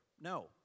No